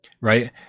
right